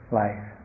life